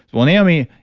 well naomi,